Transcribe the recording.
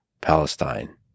Palestine